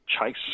chase